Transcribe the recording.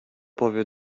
powie